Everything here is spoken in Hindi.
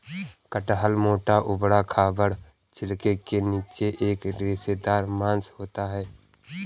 कटहल मोटे, ऊबड़ खाबड़ छिलके के नीचे एक रेशेदार मांस होता है